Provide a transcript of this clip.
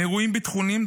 מאירועים ביטחוניים,